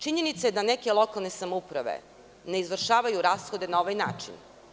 Činjenica je da neke lokalne samouprave ne izvršavaju rashode na ovaj način.